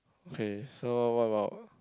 okay so what about